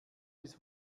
bis